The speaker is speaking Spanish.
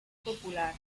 popular